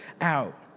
out